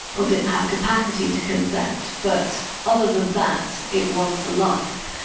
or didn't have capacity to consent. but other than that, it was for life.